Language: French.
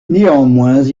néanmoins